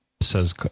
says